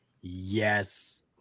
Yes